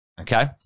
Okay